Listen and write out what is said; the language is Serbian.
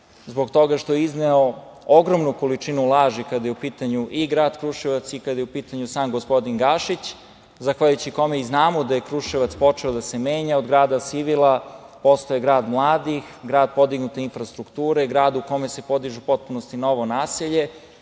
zbog toga što je izneo ogromnu količinu laži kada je u pitanju i grad Kruševac i kada je u pitanju sam gospodin Gašić, zahvaljujući i kome znamo da je Kruševac počeo da se menja, od grada sivila postao je grad mladih, grad podignute infrastrukture, grad u kome se podiže u potpunosti novo naselje,